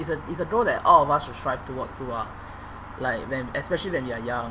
it's a it's a goal that all of us should strive towards to uh like when especially when we are young